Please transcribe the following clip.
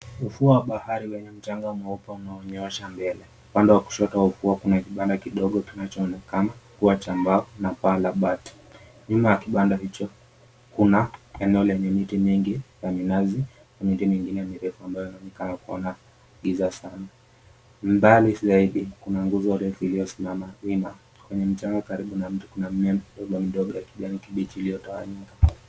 Ufuo wa bahari wenye mchanga mweupe unaonyoosha mbele. Upande wa kushoto wa ufuo kuna kibanda kidogo kinachoonekana kuwa cha mbao na paa la bati. Nyuma ya kibanda hicho kuna eneo lenye miti mingi ya minazi na miti mingine mirefu ambayo inaonekana kuwa na giza sana. Mbali zaidi kuna nguzo refu iliyosimama wima. Kwenye mchanga karibu na mti kuna majani madogo ya kijani kibichi iliyotawanyika.